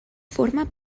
forma